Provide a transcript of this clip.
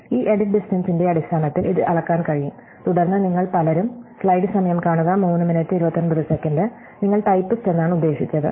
ഈ എഡിറ്റ് ഡിസ്റ്റ്ടെന്സിന്റെ അടിസ്ഥാനത്തിൽ ഇത് അളക്കാൻ കഴിയും തുടർന്ന് നിങ്ങൾ പലരും സമയം കാണുക 0329 കാണുക നിങ്ങൾ ടൈപ്പിസ്റ്റ് എന്നാണ് ഉദ്ദേശിച്ചത്